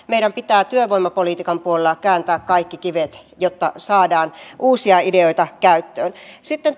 meidän pitää työvoimapolitiikan puolella kääntää kaikki kivet jotta saadaan uusia ideoita käyttöön sitten